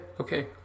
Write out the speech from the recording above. okay